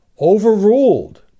overruled